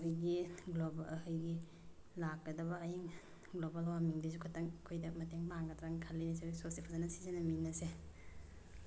ꯑꯩꯈꯣꯏꯒꯤ ꯒ꯭ꯂꯣꯕꯦꯜ ꯑꯩꯈꯣꯏꯒꯤ ꯂꯥꯛꯀꯗꯕ ꯑꯏꯪ ꯒ꯭ꯂꯣꯕꯦꯜ ꯋꯥꯔꯃꯤꯡꯗꯩꯁꯨ ꯈꯤꯇꯪ ꯑꯩꯈꯣꯏꯗ ꯃꯇꯦꯡ ꯄꯥꯡꯒꯗ꯭ꯔꯥ ꯈꯜꯂꯤ ꯅꯦꯆꯔꯦꯜ ꯔꯤꯁꯣꯔꯁꯁꯤ ꯐꯖꯅ ꯁꯤꯖꯤꯟꯅꯃꯤꯟꯅꯁꯦ